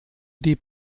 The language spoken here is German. die